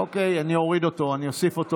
אוקיי, אני אוריד אותו, אני אוסיף אותו.